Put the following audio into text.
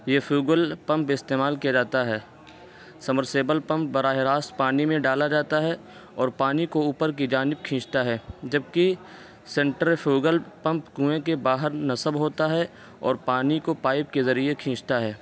یا فیوگل پمپ استعمال کیا جاتا ہے سمرسیبل پمپ براہ راست پانی میں ڈالا جاتا ہے اور پانی کو اوپر کی جانب کھینچتا ہے جبکہ سنٹر فیوگل پمپ کنوئیں کے باہر نصب ہوتا ہے اور پانی کو پائپ کے ذریعے کھینچتا ہے